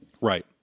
Right